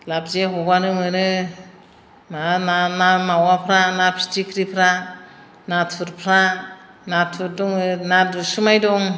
लाबजे हबानो मोनो मा ना ना मावाफ्रा ना फिथिख्रिफ्रा नाथुरफ्रा नाथुर दङ ना दुसुमाय दं